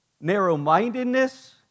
narrow-mindedness